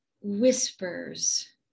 whispers